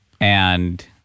And-